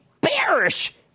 bearish